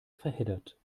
verheddert